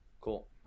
Cool